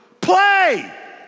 Play